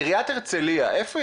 איפה הייתה עירית הרצליה בתהליך?